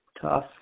Tough